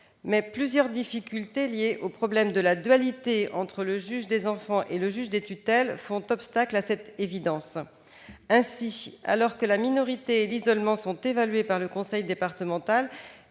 Mais plusieurs difficultés liées au problème de la dualité entre le juge des enfants et le juge des tutelles font obstacle à cette évidence. Ainsi, alors que la minorité et l'isolement sont évalués par le conseil départemental